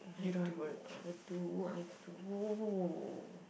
I do I do I do